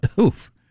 oof